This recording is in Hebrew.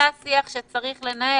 זה השיח שצריך לנהל.